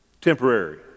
Temporary